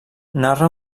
narra